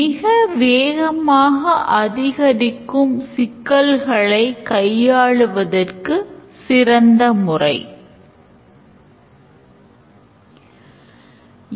ஆனால் படிப்புகளை கைவிடுவதற்கு அனுமதிக்கப்பட்ட கால அவகாசம் இருப்பதை நாம் எவ்வாறு represent செய்கிறோம்